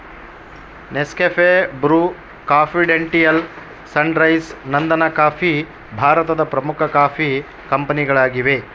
Nescafe, Bru, confidential, Sunrise, ನಂದನಕಾಫಿ ಭಾರತದ ಪ್ರಮುಖ ಕಾಫಿ ಕಂಪನಿಗಳಾಗಿವೆ